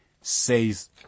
says